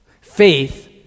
Faith